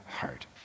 heart